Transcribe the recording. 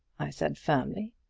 i said firmly.